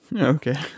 Okay